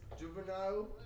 Juvenile